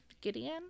Gideon